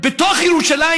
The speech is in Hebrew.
בתוך ירושלים?